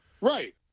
Right